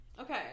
Okay